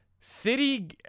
City